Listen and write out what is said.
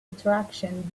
attraction